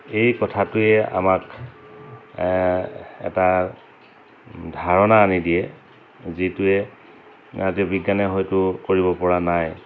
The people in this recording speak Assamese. এই কথাটোৱে আমাক এটা ধাৰণা আনি দিয়ে যিটোৱে আজিৰ বিজ্ঞানে হয়তো কৰিবপৰা নাই